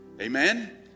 Amen